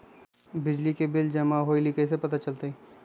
बिजली के बिल जमा होईल ई कैसे पता चलतै?